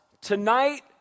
tonight